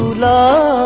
la